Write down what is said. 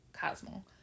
Cosmo